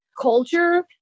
culture